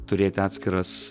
turėti atskiras